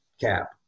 cap